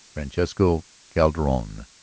francisco calderon,